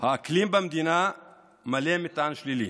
האקלים במדינה מלא מטען שלילי,